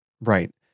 Right